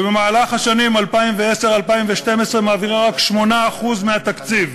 ובמהלך השנים 2010 2012 מעבירה רק 8% מהתקציב,